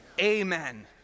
Amen